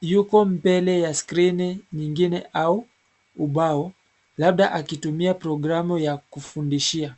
yuko mbele ya skrini nyingine au ubao, labda akitumia programu ya kufundishia.